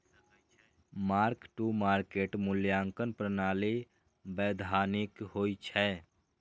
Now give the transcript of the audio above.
mark to market मूल्यांकन प्रणाली वैधानिक होइ छै